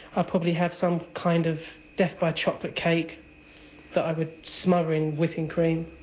i probably have some kind of death by chocolate cake that i would smother in whipping cream.